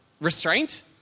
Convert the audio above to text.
restraint